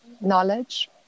knowledge